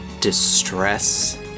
distress